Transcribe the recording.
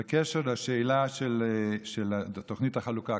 בקשר לשאלה של תוכנית החלוקה.